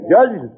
Judge